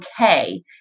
okay